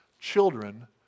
children